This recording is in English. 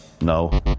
no